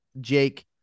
Jake